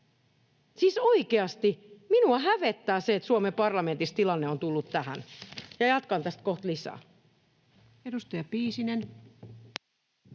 Siis oikeasti minua hävettää se, että Suomen parlamentissa tilanne on tullut tähän. Jatkan tästä kohta lisää. [Speech